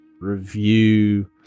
review